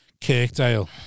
Kirkdale